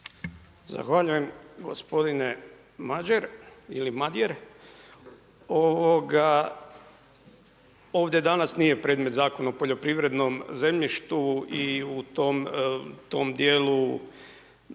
Zahvaljujem gospodine Madjer. Ovdje danas nije predmet Zakon o poljoprivrednom zemljištu i u tom djelu